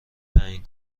تعیین